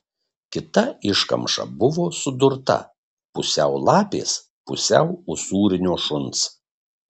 kita iškamša buvo sudurta pusiau lapės pusiau usūrinio šuns